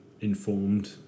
informed